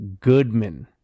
Goodman